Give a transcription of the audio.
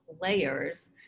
layers